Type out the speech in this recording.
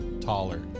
taller